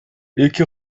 эки